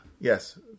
yes